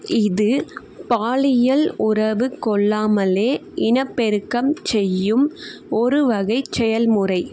இது பாலியல் உறவு கொள்ளாமலே இனப்பெருக்கம் செய்யும் ஒருவகை செயல்முறை